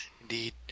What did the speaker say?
Indeed